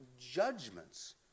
judgments